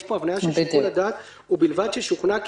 יש פה הבנייה של שיקול הדעת: "ובלבד ששוכנע כי